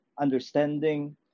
understanding